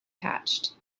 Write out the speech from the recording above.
hatched